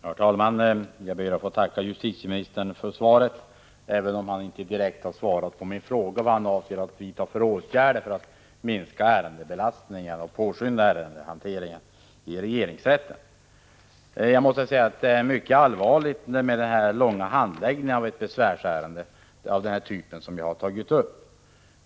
Herr talman! Jag ber att få tacka justitieministern för svaret, även om han inte direkt har svarat på min fråga vilka åtgärder han avser att vidta för att minska ärendebelastningen och påskynda ärendehanteringen i regeringsrätten. Jag ser mycket allvarligt på de långa handläggningstiderna för den typ av besvärsärenden som jag har tagit upp.